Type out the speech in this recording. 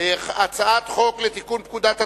אני קובע שהצעת חוק הגנת הפרטיות (תיקון,